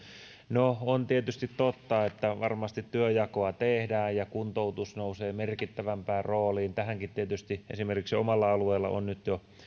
no on tietysti totta että varmasti työnjakoa tehdään ja kuntoutus nousee merkittävämpään rooliin esimerkiksi omalla alueellani tähänkin tietysti on jo